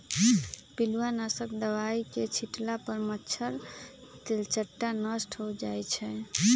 पिलुआ नाशक दवाई के छिट्ला पर मच्छर, तेलट्टा नष्ट हो जाइ छइ